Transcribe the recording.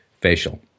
facial